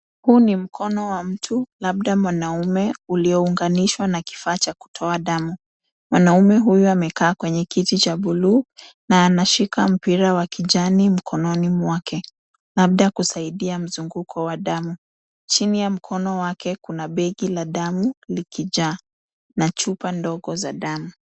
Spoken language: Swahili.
Huu ni mkono wa mtu labda mwanaume ulio ungalishwa na kifaa cha kutoa damu. Mwanaume huyu amekaa kwenye kiti cha bluu na anashika mpira wa kijani mkononi mwake. Labda kusaidia mzunguko wa damu. Chini ya mkono wake kuna begi la damu likijaa na chupa ndogo za damu.